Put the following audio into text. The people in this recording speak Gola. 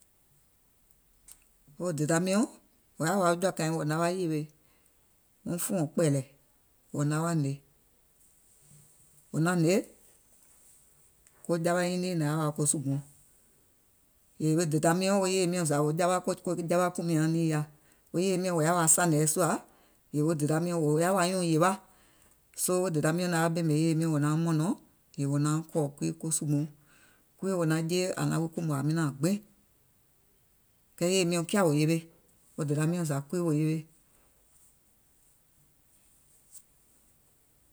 Wo dèda miɔ̀ŋ wò yaà wa wo jɔ̀àkàiŋ wò naŋ wa yèwè fùɔ̀ŋ kpɛ̀ɛ̀lɛ̀ wò naŋ wa hnè. Wò naŋ wa hnè, ko jawa nyiŋ niìŋ nàŋ yaà wa ko sùgbùuŋ. Yèè wo dèda miɔ̀ŋ wo yèye miɔ̀ŋ zà ko ko jawa kùmiauŋ niìŋ yaȧ. Wo yèye miɔ̀ŋ yaà wa sànèɛ sùà, yèè wo dèda miɔ̀ŋ wò yaà wa wo nyuùŋ yèwa, soo wo dèda miɔ̀ŋ naŋ wa ɓèmè yèye miɔ̀ŋ wò nauŋ mɔ̀nɔ̀ŋ yèè wò nauŋ kɔ̀ɔ̀ kuii ko sùgbùu, kuii wò naŋ jeè àŋ naŋ wi kòmò yàwi nààŋ gbiŋ. Kɛɛ wo yèye miɔ̀ŋ kià wò yewe wo dèda miɔ̀ŋ zà kuii wò yewe.